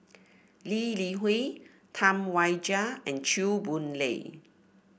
Lee Li Hui Tam Wai Jia and Chew Boon Lay